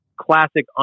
classic